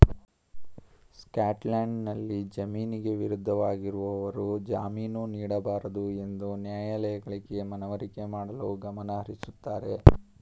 ಸ್ಕಾಟ್ಲ್ಯಾಂಡ್ನಲ್ಲಿ ಜಾಮೀನಿಗೆ ವಿರುದ್ಧವಾಗಿರುವವರು ಜಾಮೀನು ನೀಡಬಾರದುಎಂದು ನ್ಯಾಯಾಲಯಗಳಿಗೆ ಮನವರಿಕೆ ಮಾಡಲು ಗಮನಹರಿಸುತ್ತಾರೆ